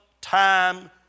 time